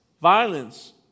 Violence